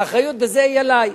האחריות בזה היא עלי.